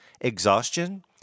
exhaustion